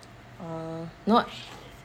orh not